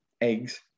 eggs